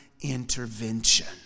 intervention